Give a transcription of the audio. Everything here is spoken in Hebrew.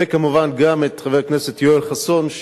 וכמובן גם את חבר הכנסת יואל חסון,